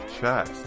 chess